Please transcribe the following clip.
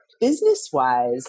Business-wise